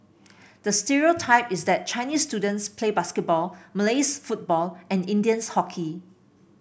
the stereotype is that Chinese students play basketball Malays football and Indians hockey